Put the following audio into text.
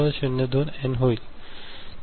02 एन होईल